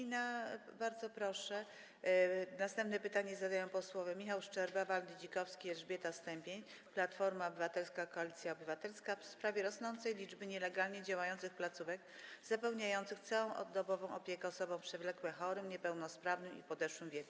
I bardzo proszę, następne pytanie zadają posłowie Michał Szczerba, Waldy Dzikowski, Elżbieta Stępień, Platforma Obywatelska - Koalicja Obywatelska, w sprawie rosnącej liczby nielegalnie działających placówek zapewniających całodobową opiekę osobom przewlekle chorym, niepełnosprawnym i w podeszłym wieku.